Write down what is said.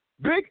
Big